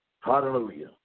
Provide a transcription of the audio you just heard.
Hallelujah